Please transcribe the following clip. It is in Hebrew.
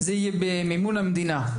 במימון המדינה,